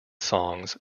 songs